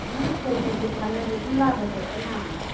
नों कय केजि फानो बेखौनो लाबोजोबगोन आं